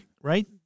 right